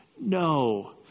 No